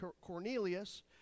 Cornelius